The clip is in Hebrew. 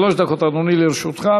שלוש דקות, אדוני, לרשותך.